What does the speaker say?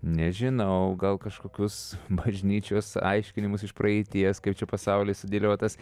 nežinau gal kažkokius bažnyčios aiškinimus iš praeities kaip čia pasaulis sudėliotas